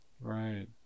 right